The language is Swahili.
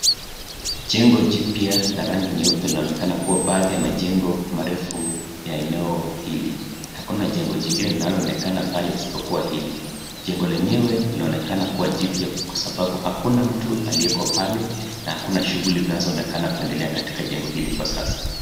Jengo jipya la rangi nyeupe linaonekana kuwa baadhi ya majengo marefu ya eneo hili. Hakuna jengo jingine linalo onekana pale isipokua hili. Jengo lenyewe linaonekana kuwa jipya kwa sababu hakuna mtu aliyeko pale na hakuna shughuli zinazo onekana kuendelea katika jengo hili kwa sasa.